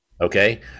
Okay